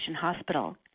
Hospital